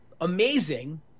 amazing